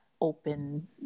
open